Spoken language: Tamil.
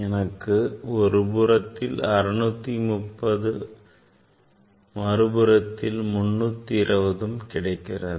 எனக்கு இப்போது ஒரு புறத்தில் 650ம் மறுபுறத்தில் 320ம் கிடைக்கிறது